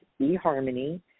eHarmony